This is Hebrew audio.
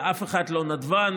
ואף אחד לא נדבן,